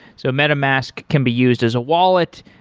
so metamask can be used as a wallet,